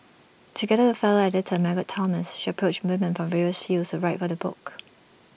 together with fellow editor Margaret Thomas she approached women from various fields to write for the book